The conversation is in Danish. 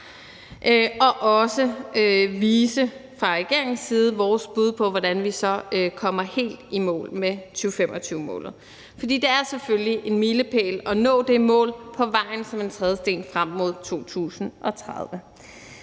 og også fra regeringens side vise vores bud på, hvordan vi så kommer helt i mål med 2025-målet. For det er selvfølgelig en milepæl at nå det mål på vejen som en trædesten frem mod 2030.